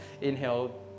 inhale